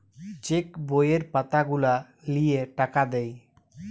check বইয়ের পাতা গুলা লিয়ে টাকা দেয়